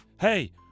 hey